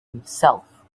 himself